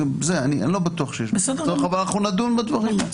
אני לא בטוח שיש בזה צורך אבל אנחנו נדון בדברים.